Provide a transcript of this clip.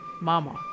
mama